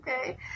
Okay